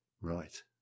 Right